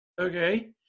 okay